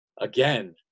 again